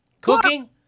Cooking